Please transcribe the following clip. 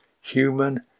human